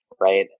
right